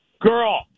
girl